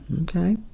Okay